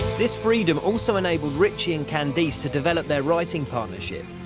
this freedom also enabled ritchie and candice to develop their writing partnership,